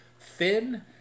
thin